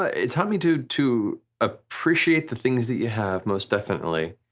ah it taught me to to appreciate the things that you have, most definitely,